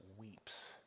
weeps